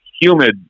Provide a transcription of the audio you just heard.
humid